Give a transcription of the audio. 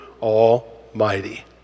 Almighty